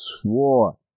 swore